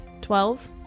Twelve